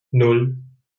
nan